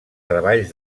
treballs